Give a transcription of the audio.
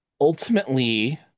Ultimately